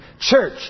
Church